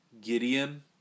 Gideon